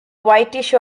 whitish